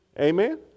Amen